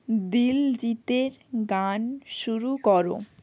দিলজিতের গান শুরু করো